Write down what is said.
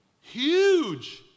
huge